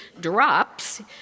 drops